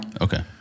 Okay